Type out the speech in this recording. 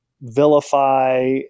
vilify